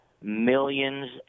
millions